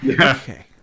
Okay